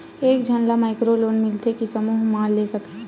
एक झन ला माइक्रो लोन मिलथे कि समूह मा ले सकती?